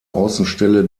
außenstelle